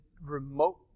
remote